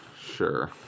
Sure